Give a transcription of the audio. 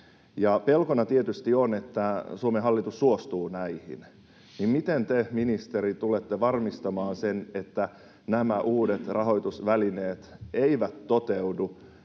Pelkona tietysti on, että Suomen hallitus suostuu näihin. Miten te, ministeri, tulette varmistamaan, että nämä uudet rahoitusvälineet eivät toteudu,